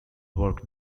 work